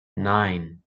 nine